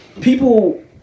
people